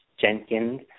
Jenkins